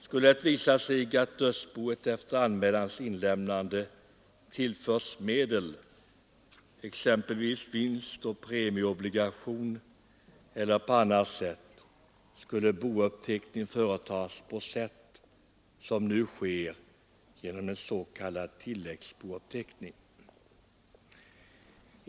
Skulle det visa sig att dödsboet efter anmälans inlämnande tillförts medel, exempelvis genom vinst å premieobligation eller på annat sätt, skulle bouppteckning företas på sätt som nu sker genom en s.k. tilläggsbouppteckning.